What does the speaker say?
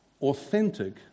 authentic